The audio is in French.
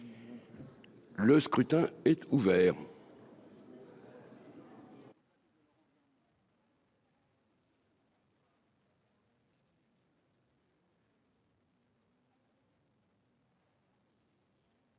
Le scrutin est ouvert.